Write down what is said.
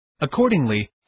Accordingly